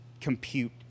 compute